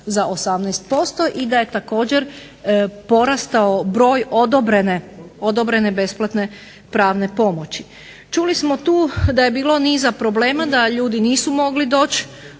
za 18% i da je također porastao broj odobrene besplatne pravne pomoći. Čuli smo tu da je bilo niza problema da ljudi nisu mogli doći